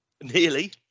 Nearly